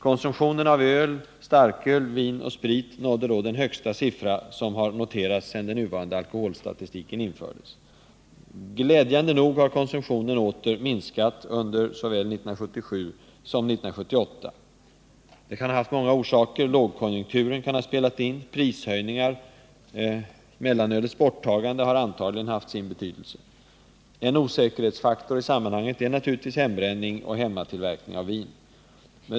Konsumtionen av öl, starköl, vin och sprit nådde då den högsta siffra som har noterats sedan den nuvarande alkoholstatistiken infördes. Glädjande nog har konsumtionen minskat under såväl 1977 som 1978. Orsakerna kan vara flera. Lågkonjunkturen kan ha spelat in. Prishöjningar och mellanölets borttagande har antagligen haft sin betydelse. En osäkerhetsfaktor i sammanhanget är naturligtvis hembränningen och hemmatillverkningen av vin.